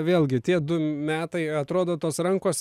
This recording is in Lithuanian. vėlgi tie du metai atrodo tos rankos